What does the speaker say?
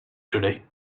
today